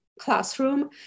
classroom